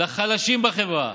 לחלשים בחברה